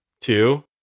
two